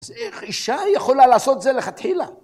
אז איך אישה יכולה לעשות זה לכתחילה?